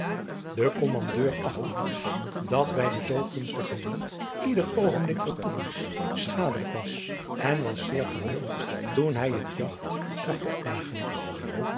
de kommandeur achtte dus dat bij den zoo gunstigen wind ieder oogenblik vertoevens schadelijk was en was zeer verheugd toen hij het jagt zag opdagen